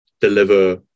deliver